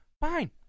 fine